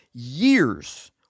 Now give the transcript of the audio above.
years